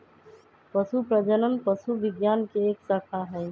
पशु प्रजनन पशु विज्ञान के एक शाखा हई